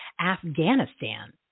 Afghanistan